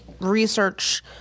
research